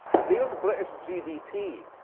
there's british gdp.